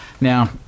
Now